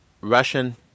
Russian